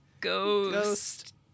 Ghost